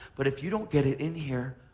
but if you don't get it in here,